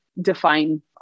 define